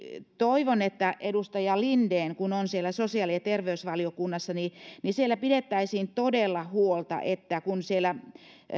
toivon että edustaja linden kun on siellä sosiaali ja terveysvaliokunnassa siellä pidettäisiin todella huolta kun siellä